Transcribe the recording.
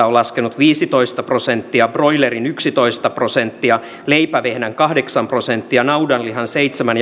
on laskenut viisitoista prosenttia broilerin yksitoista prosenttia leipävehnän kahdeksan prosenttia naudanlihan seitsemän